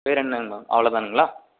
வேறு என்னங்கம்மா அவ்வளோதானுங்களா